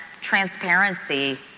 transparency